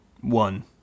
One